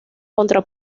contra